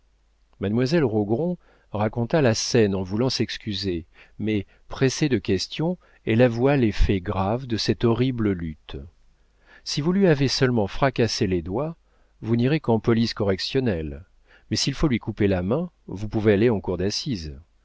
mademoiselle rogron raconta la scène en voulant s'excuser mais pressée de questions elle avoua les faits graves de cette horrible lutte si vous lui avez seulement fracassé les doigts vous n'irez qu'en police correctionnelle mais s'il faut lui couper la main vous pouvez aller en cour d'assises